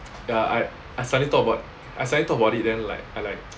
ya I I suddenly thought about I suddenly thought about it then like I like